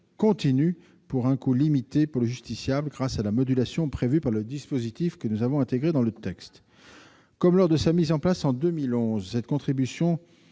continue, pour un coût limité pour le justiciable, grâce à la modulation prévue par le dispositif que nous avons intégré dans le texte. Comme lors de sa mise en place en 2011, cette contribution